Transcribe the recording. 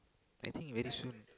I think it very soon